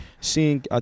seeing